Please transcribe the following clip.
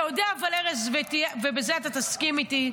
אתה יודע, ארז, ובזה אתה תסכים איתי,